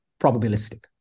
probabilistic